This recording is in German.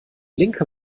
linke